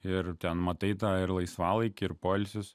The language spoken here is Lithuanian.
ir ten matai tą ir laisvalaikio ir poilsis